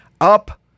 up